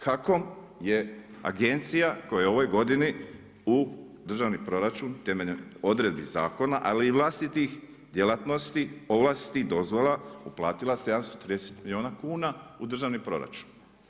HAKOM je agencija koja je u ovoj godini u državni proračun temeljem odredbe zakona ali i vlastitih djelatnosti, ovlasti, dozvola, uplatila 730 milijuna kuna u državni proračun.